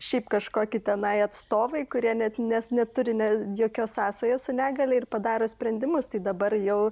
šiaip kažkoki tenai atstovai kurie net nes neturi jokios sąsajos su negalia ir padaro sprendimus tai dabar jau